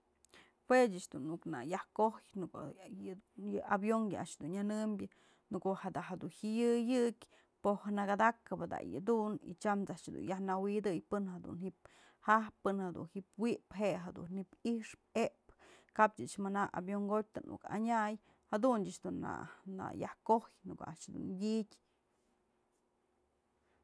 Jue ëch dun nuk yajkoj në ko'o yë avion yë a'ax dun nyënëmbyë, në ko'o da jedun jyayëyëk po'oj nëkadakëp da ya dun, tyam a'ax dun yaj nëwi'idëy pën dun ji'ib jajpë pën du ji'ib wyjpë je'e jadun ji'ib i'ixpë e'epë, kap ëch mana avion jotyë nuk anyäy jadun ëch dun na yaj kojyë në ko'o a'ax jedun wi'idyë.